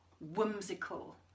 whimsical